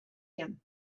him